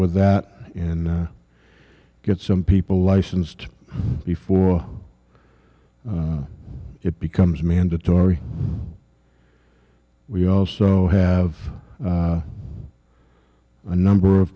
with that and get some people licensed before it becomes mandatory we also have the number of